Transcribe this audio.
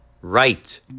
Right